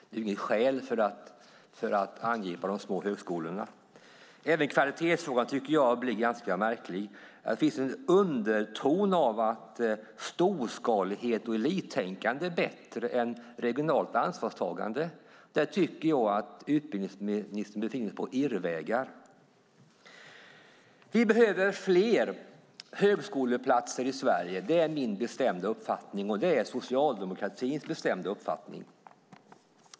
Det är inget skäl för att angripa de små högskolorna. Även kvalitetsfrågan tycker jag blir ganska märklig. Här finns en underton av att storskalighet och elittänkande är bättre än regionalt ansvarstagande. Där tycker jag att utbildningsministern befinner sig på irrvägar. Vi behöver fler högskoleplatser i Sverige. Det är min bestämda uppfattning, och det är socialdemokratins bestämda uppfattning.